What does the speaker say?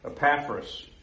Epaphras